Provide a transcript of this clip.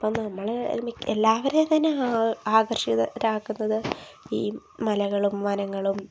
അപ്പോള് നമ്മള് മിക്ക എല്ലാവരെയും തന്നെ ആകർഷിക്കുന്ന ഇതാക്കുന്നത് ഈ മലകളും വനങ്ങളും